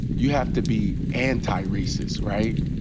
you have to be anti-racist, right?